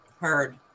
Heard